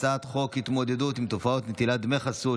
הצעת חוק התמודדות עם תופעת נטילת דמי חסות,